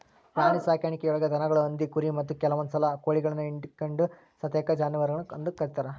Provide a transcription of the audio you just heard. ಪ್ರಾಣಿಸಾಕಾಣಿಕೆಯೊಳಗ ದನಗಳು, ಹಂದಿ, ಕುರಿ, ಮತ್ತ ಕೆಲವಂದುಸಲ ಕೋಳಿಗಳನ್ನು ಹಿಡಕೊಂಡ ಸತೇಕ ಜಾನುವಾರಗಳು ಅಂತ ಕರೇತಾರ